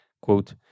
Quote